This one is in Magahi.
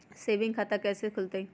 सेविंग खाता कैसे खुलतई?